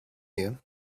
you